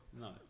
No